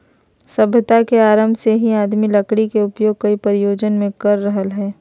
सभ्यता के आरम्भ से ही आदमी लकड़ी के उपयोग कई प्रयोजन मे कर रहल हई